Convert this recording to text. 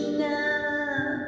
now